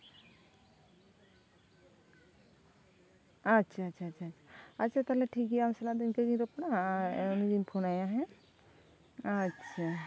ᱟᱪᱪᱷᱟ ᱟᱪᱪᱷᱟ ᱟᱪᱪᱷᱟ ᱟᱪᱪᱷᱟ ᱛᱟᱦᱞᱮ ᱴᱷᱤᱠᱜᱮᱭᱟ ᱟᱢ ᱥᱟᱞᱟᱜ ᱫᱚ ᱤᱱᱠᱟᱹ ᱜᱤᱧ ᱨᱚᱯᱚᱲᱟ ᱟᱨ ᱩᱱᱤ ᱜᱤᱧ ᱯᱷᱳᱱᱟᱭᱟ ᱦᱮᱸ ᱟᱪᱪᱷᱟ